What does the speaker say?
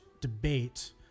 Debate